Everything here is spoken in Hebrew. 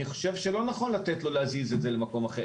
אני חושב שלא נכון לתת לו להזיז את הרכב למקום אחר.